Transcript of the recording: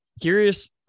Curious